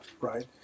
right